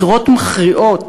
בחירות מכריעות,